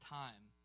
time